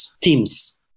teams